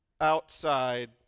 outside